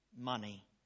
money